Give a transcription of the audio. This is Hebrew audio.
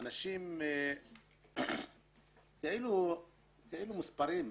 אנשים הם כאילו מספרים,